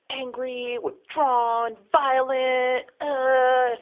angry, withdrawn, violent, ah